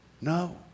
No